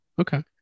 Okay